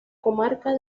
comarca